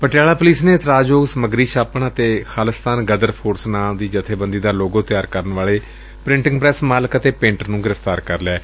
Patiala police ਨੇ ਇਤਰਾਜ਼ਯੋਗ ਸਮੱਗਰੀ ਛਾਪਣ ਅਤੇ ਖਾਲਿਸਤਾਨ ਗ਼ਦਰ ਫੋਰਸ ਨਾਂ ਦੀ ਜਥੇਬੰਦੀ ਦਾ ਲੋਗੋ ਤਿਆਰ ਕਰਨ ਵਾਲੇ ਪ੍੍ਿੰਟਿੰਗ ਪ੍ੈਸ ਮਾਲਕ ਅਤੇ ਪੈਂਟਰ ਨੂੰ ਗ੍ਿਫ਼ਤਾਰ ਕਰ ਲਿਐ